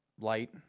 light